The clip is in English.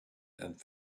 and